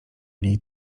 niej